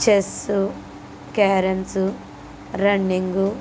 chess carroms running